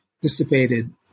dissipated